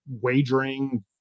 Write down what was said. wagering